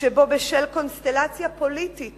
שבו בשל קונסטלציה פוליטית